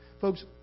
folks